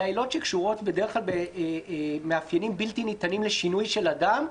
העילות שקשורות במאפיינים בלתי ניתנים לשינוי של אדם,